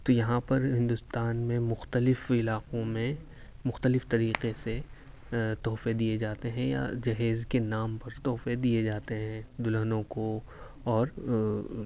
تو یہاں پر ہندوستان میں مختلف علاقوں میں مختلف طریقے سے تحفے دیے جاتے ہیں یا جہیز کے نام پر تحفے دیے جاتے ہیں دلہنوں کو اور